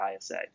ISA